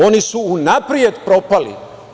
Oni su unapred propali.